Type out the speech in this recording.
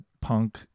punk